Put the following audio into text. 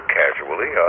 casually